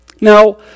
Now